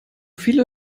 viele